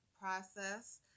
process